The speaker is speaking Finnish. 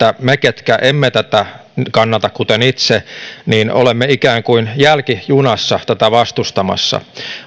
me ketkä emme tätä nyt kannata kuten itse olemme ikään kuin jälkijunassa tätä vastustamassa